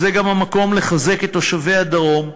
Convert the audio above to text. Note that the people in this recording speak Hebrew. זה גם המקום לחזק את תושבי הדרום,